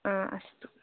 अस्तु